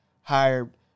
hired